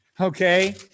okay